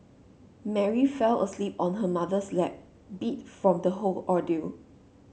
Mary fell asleep on her mother's lap beat from the whole ordeal